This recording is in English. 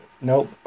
Nope